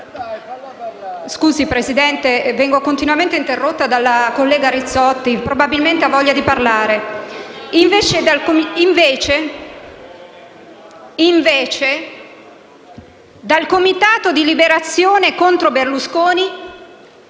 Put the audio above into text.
Invece, dal comitato di liberazione contro Berlusconi